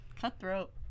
Cutthroat